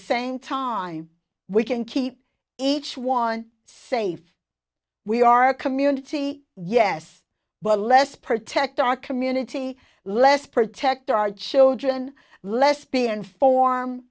same time we can keep each one safe we are a community yes but less protect our community less protect our children less be and form